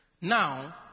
Now